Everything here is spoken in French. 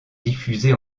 diffusée